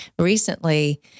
recently